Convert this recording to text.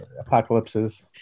apocalypses